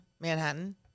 Manhattan